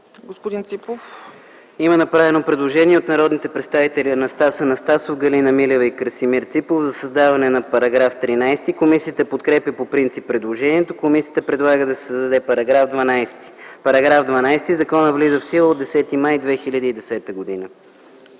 Има направено предложение от народните представители Анастас Анастасов, Галина Милева и Красимир Ципов за създаване на § 13. Комисията подкрепя по принцип предложението. Комисията предлага да се създаде § 12: „§ 12. Законът влиза в сила от 10 май 2010 г.”